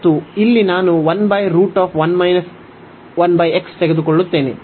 ಮತ್ತು ಇಲ್ಲಿ ನಾನು ತೆಗೆದುಕೊಳ್ಳುತ್ತೇನೆ